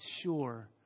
sure